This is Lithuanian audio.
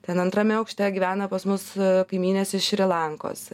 ten antrame aukšte gyvena pas mus kaimynės iš šri lankos